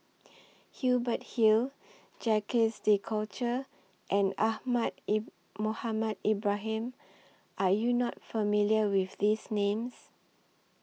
Hubert Hill Jacques De Coutre and Ahmad Mohamed Ibrahim Are YOU not familiar with These Names